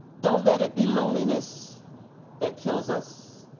don't let it be loneliness that kills us.